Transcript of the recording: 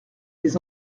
des